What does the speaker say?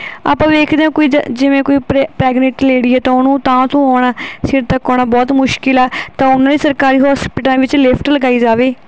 ਆਪਾਂ ਵੇਖਦੇ ਹਾਂ ਕੋਈ ਜੇ ਜਿਵੇਂ ਕੋਈ ਪ੍ਰੈ ਪ੍ਰੈਗਨੈਂਟ ਲੇਡੀ ਹੈ ਤਾਂ ਉਹਨੂੰ ਤਾਂ ਉੱਥੋਂ ਆਉਣਾ ਸੀਟ ਤੱਕ ਆਉਣਾ ਬਹੁਤ ਮੁਸ਼ਕਿਲ ਆ ਤਾਂ ਉਹਨਾਂ ਲਈ ਸਰਕਾਰੀ ਹੋਸਪੀਟਲਾਂ ਵਿੱਚ ਲਿਫਟ ਲਗਾਈ ਜਾਵੇ